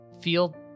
feel